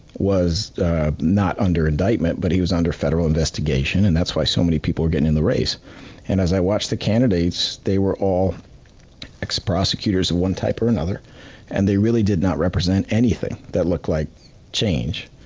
was not under indictment but he was under federal investigation and that's why so many people were getting in the race. and as i watched the candidates, they were all ex-prosecutors one type or another and they really did not represent anything that looked like change.